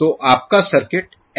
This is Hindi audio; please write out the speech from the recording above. तो आपका सर्किट ऐसा हो जाएगा